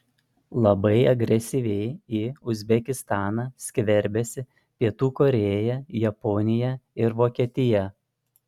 labai agresyviai į uzbekistaną skverbiasi pietų korėja japonija ir vokietija